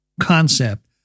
concept